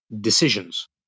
decisions